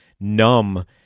numb